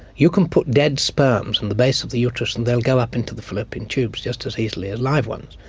you can put dead sperms in the base of the uterus and they will go up into the fallopian tubes just as easily as live ones.